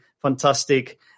fantastic